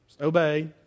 Obey